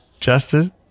Justin